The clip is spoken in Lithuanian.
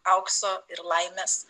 aukso ir laimės